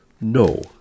no